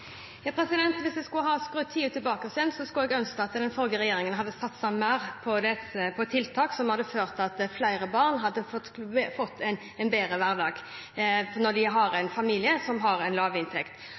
Hvis jeg skulle ha skrudd tida tilbake, skulle jeg ønsket at den forrige regjeringen hadde satset mer på tiltak som hadde ført til at flere barn hadde fått en bedre hverdag når de har en familie som har en lav inntekt. Jeg er stolt over denne regjeringen, som altså har,